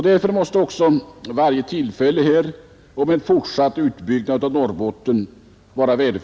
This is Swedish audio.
Därför måste också varje tillfälle till en fortsatt utbyggnad i Norrbotten vara av värde.